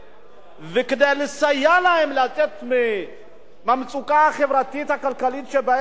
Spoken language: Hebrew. וכדי לסייע להם לצאת מהמצוקה החברתית-הכלכלית שבה הם נמצאים,